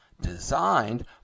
Designed